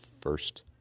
first